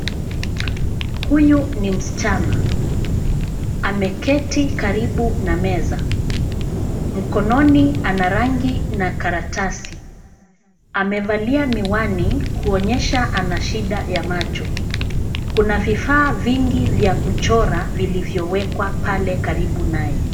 Huyu ni msichana, ameketi karibu na meza, mkononi ana rangi na karatasi, amevalia miwani kuonyesha ana shida ya macho. Kuna vifaa vingi vya kuchora vilivyowekwa pale karibu naye.